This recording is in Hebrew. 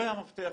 זה המפתח.